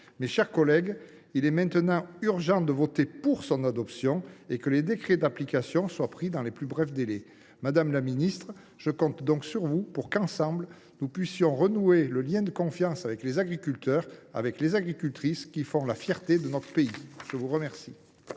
Mes chers collègues, il est maintenant urgent d’adopter le projet de loi, et indispensable que les décrets d’application soient pris dans les plus brefs délais. Madame la ministre, je compte sur vous pour qu’ensemble nous puissions renouer le lien de confiance avec les agricultrices et les agriculteurs, qui font la fierté de notre pays ! La parole